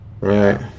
Right